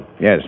Yes